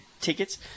tickets